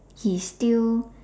he's still